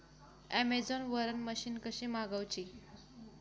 Amazon वरन machine कशी मागवची?